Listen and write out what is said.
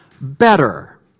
better